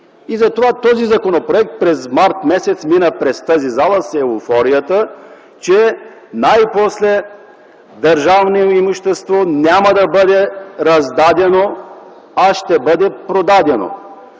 Затова този законопроект през м. март т.г. мина през тази зала с еуфорията, че най-после държавно имущество няма да бъде раздадено, а ще бъде продадено,